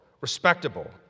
respectable